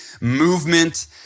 movement